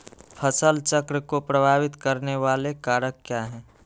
फसल चक्र को प्रभावित करने वाले कारक क्या है?